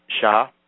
Shah